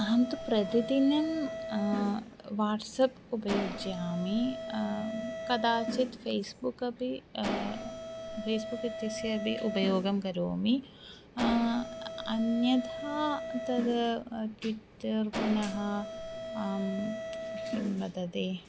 अहं तु प्रतिदिनं वाट्सप् उपयुज्ये कदाचित् फ़ेस्बुक् अपि फ़ेस्बुक् इत्यस्य अपि उपयोगं करोमि अन्यथा तद् ट्विट्टर् पुनः किं वदति